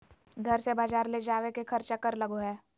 घर से बजार ले जावे के खर्चा कर लगो है?